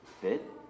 fit